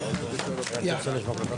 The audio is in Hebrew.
הישיבה ננעלה בשעה 16:00.